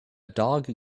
dog